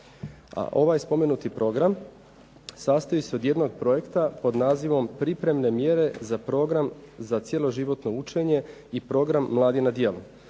Ovaj spomenuti Program sastoji se od jednog projekta pod nazivom pripremne mjere za program za cjeloživotno učenje i program mladi na djelu.